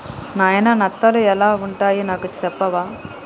నాయిన నత్తలు ఎలా వుంటాయి నాకు సెప్పవా